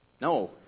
No